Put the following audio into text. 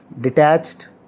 detached